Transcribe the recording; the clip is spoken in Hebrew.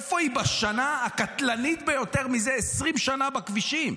איפה היא בשנה הקטלנית ביותר מזה 20 שנה בכבישים?